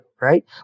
Right